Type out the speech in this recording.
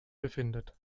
befindet